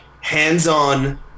hands-on